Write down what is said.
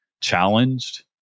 challenged